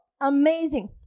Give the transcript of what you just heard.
Amazing